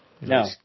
No